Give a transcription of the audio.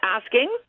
asking